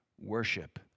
worship